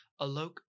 Alok